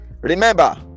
remember